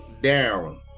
down